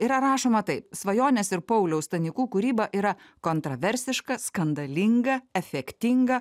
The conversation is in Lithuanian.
yra rašoma taip svajonės ir pauliaus stanikų kūryba yra kontroversiška skandalinga efektinga